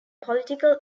political